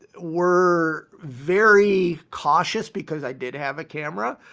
were very cautious because i did have a camera.